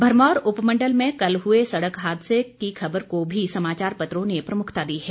भरमौर उपमंडल में कल हुए सड़क हादसे की खबर का भी समाचार पत्रों ने प्रमुखता दी है